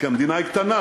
כי המדינה היא קטנה,